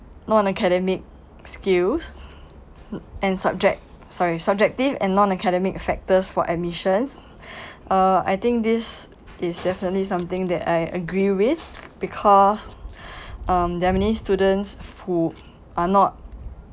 non-academic skills and subject sorry subjective and non-academic factors for admissions uh I think this is definitely something that I agree with because um there are many students who are not